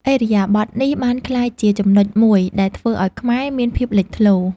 ឥរិយាបថនេះបានក្លាយជាចំណុចមួយដែលធ្វើឱ្យខ្មែរមានភាពលេចធ្លោ។